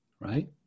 right